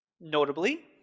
Notably